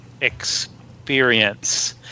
experience